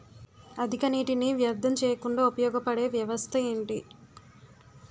అధిక నీటినీ వ్యర్థం చేయకుండా ఉపయోగ పడే వ్యవస్థ ఏంటి